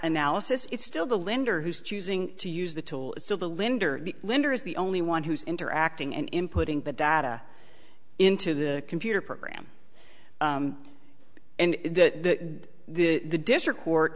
analysis it's still the lender who's choosing to use the tool is still the linder the lender is the only one who's interacting and inputting the data into the computer program and that the district court